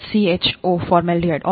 HCHO formaldehyde